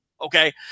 Okay